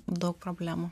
daug problemų